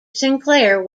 sinclair